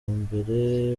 mbere